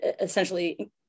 essentially